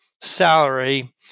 salary